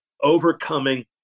overcoming